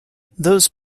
those